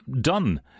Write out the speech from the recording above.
done